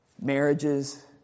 Marriages